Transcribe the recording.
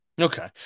Okay